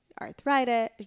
arthritis